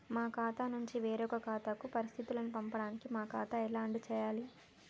మా ఖాతా నుంచి వేరొక ఖాతాకు పరిస్థితులను పంపడానికి మా ఖాతా ఎలా ఆడ్ చేయాలి?